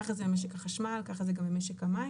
ככה זה עם משק החשמל, ככה זה גם עם משק המים.